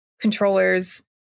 controllers